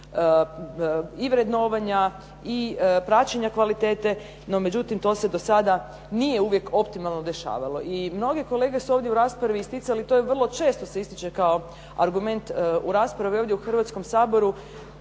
i vrednovanja i praćenja kvalitete, no to se do sada nije uvijek optimalno dešavalo i mnoge kolege su ovdje u raspravi isticali i to je vrlo često se ističe kao argument u raspravi ovdje u Hrvatskom saboru